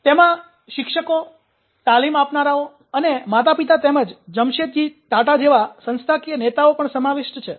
તેમાં શિક્ષકો તાલિમ આપનારાઓ અને માતાપિતા તેમજ જમશેદજી ટાટા જેવા સંસ્થાકીય નેતાઓ પણ સમાવિષ્ઠ છે